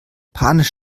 panisch